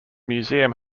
museum